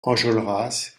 enjolras